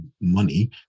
money